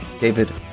David